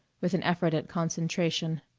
with an effort at concentration.